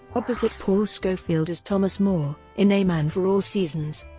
opposite paul scofield as thomas more, in a man for all seasons.